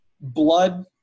Blood